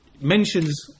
mentions